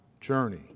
Journey